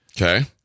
Okay